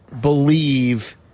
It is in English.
believe